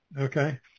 Okay